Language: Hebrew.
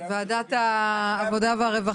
ועדת העבודה והרווחה,